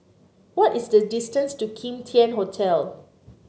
what is the distance to Kim Tian Hotel